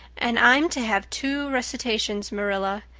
and i'm to have two recitations, marilla.